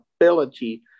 ability